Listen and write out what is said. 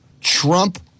Trump